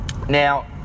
Now